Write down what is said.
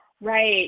Right